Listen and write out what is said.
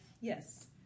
Yes